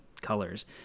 colors